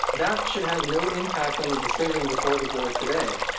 that should have no impact on the decision before the board today.